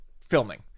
filming